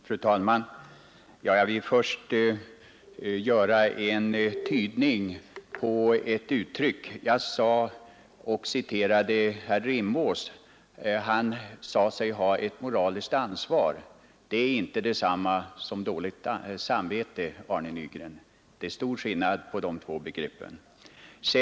Fru talman! Jag vill först göra en tydning av ett uttryck. Jag citerade herr Rimås. Han sade sig ha ett moraliskt ansvar. Det är inte detsamma som dåligt samvete, Arne Nygren. Det är stor skillnad på de två begreppen.